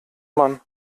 man